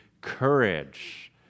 courage